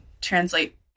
translate